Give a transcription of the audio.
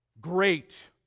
Great